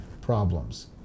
problems